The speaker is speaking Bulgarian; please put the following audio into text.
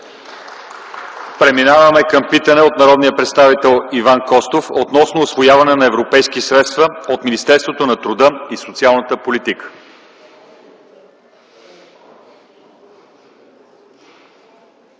Преминаваме към питане от народния представител Иван Костов относно усвояването на европейски средства от Министерството на труда и социалната политика.